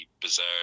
bizarre